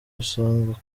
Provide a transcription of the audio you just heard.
usanga